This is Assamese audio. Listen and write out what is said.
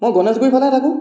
মই গণেশগুড়ি ফালেহে থাকোঁ